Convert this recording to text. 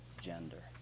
gender